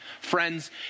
Friends